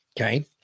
okay